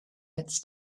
its